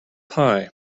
pie